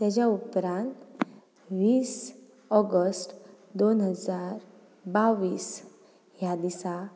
तेच्या उपरांत वीस ऑगस्ट दोन हजार बावीस ह्या दिसा